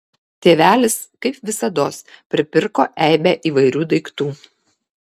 tėvelis kaip visados pripirko eibę įvairių daiktų